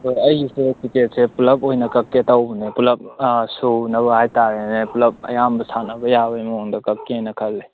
ꯍꯣꯏ ꯑꯩꯁꯦ ꯇꯤꯛꯀꯦꯠꯁꯦ ꯄꯨꯂꯞ ꯑꯣꯏꯅ ꯀꯛꯀꯦ ꯇꯧꯕꯅꯦ ꯄꯨꯂꯞ ꯁꯨꯅꯕ ꯍꯥꯏꯇꯥꯔꯦꯅꯦ ꯄꯨꯂꯞ ꯑꯌꯥꯝꯕ ꯁꯥꯅꯕ ꯌꯥꯕꯒꯤ ꯃꯑꯣꯡꯗ ꯀꯥꯛꯀꯦꯅ ꯈꯜꯂꯦ